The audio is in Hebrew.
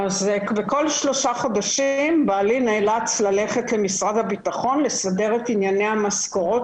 וכל שלושה חודשים בעלי נאלץ ללכת למשרד הביטחון לסדר את ענייני המשכורות